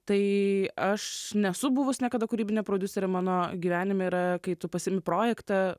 tai aš nesu buvus niekada kūrybine prodiusere mano gyvenime yra kai tu pasiimi projektą